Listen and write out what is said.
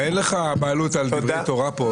אין לך בעלות על דברי תורה פה.